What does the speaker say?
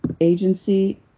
agency